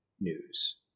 news